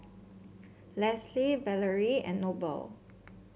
Leslee Valerie and Noble